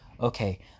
okay